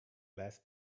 less